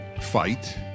fight